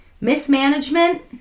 mismanagement